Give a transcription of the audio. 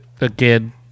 again